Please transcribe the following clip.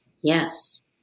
Yes